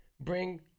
Bring